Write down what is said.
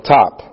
top